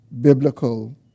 biblical